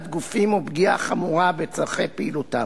גופים או פגיעה חמורה בצרכני פעילותם.